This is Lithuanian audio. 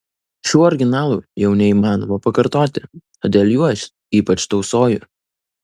šių originalų jau neįmanoma pakartoti todėl juos ypač tausoju